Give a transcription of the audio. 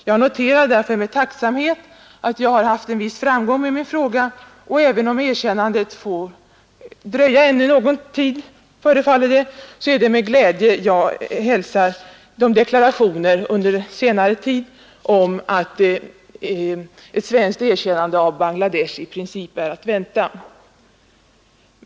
Jag noterar med tacksamhet att jag har haft en viss framgång med min fråga, och även om erkännandet dröjer ännu någon tid, förefaller det, är det med glädje jag hälsar deklarationerna under senare tid om att ett svenskt erkännande av Bangladesh i princip är att vänta.